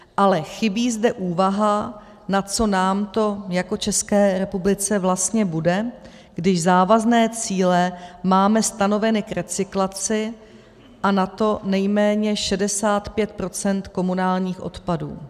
Ale chybí zde úvaha, na co nám to jako České republice vlastně bude, když závazné cíle máme stanoveny k recyklaci, a na to nejméně 65 % komunálních odpadů.